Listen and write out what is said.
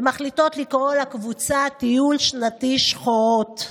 הן מחליטות לקרוא לקבוצה "טיול שנתי שחורות"